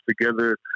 together